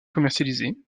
commercialisée